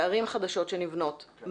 בערים חדשות שנבנות,